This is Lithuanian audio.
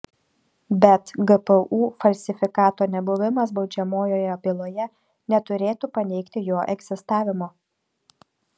bet gpu falsifikato nebuvimas baudžiamojoje byloje neturėtų paneigti jo egzistavimo